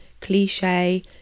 cliche